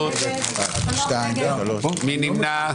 מי נמנע?